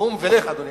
קום ולך, אדוני.